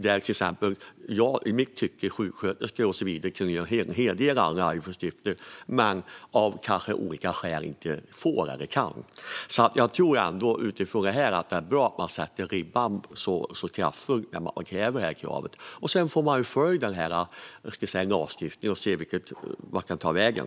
Där tycker jag att till exempel sjuksköterskor skulle kunna utföra en hel del andra arbetsuppgifter, men av olika skäl kanske de inte får eller kan. Utifrån det tror jag ändå att det är bra att man lägger ribban högt och ställer detta krav. Sedan får man följa lagstiftningen och se vart den tar vägen.